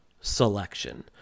selection